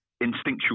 instinctual